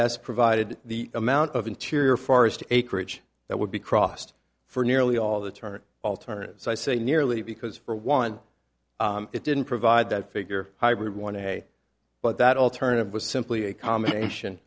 s provided the amount of interior forest acreage that would be crossed for nearly all the target alternatives i say nearly because for one it didn't provide that figure hybrid want to pay but that alternative was simply a combination